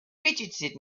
fidgeted